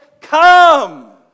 come